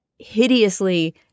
hideously